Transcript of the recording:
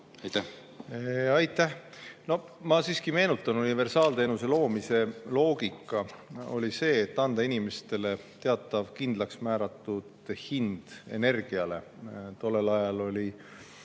Aitäh! Ma siiski meenutan: universaalteenuse loomise loogika oli see, et anda inimestele teatav kindlaksmääratud energia hind. Tollel ajal oli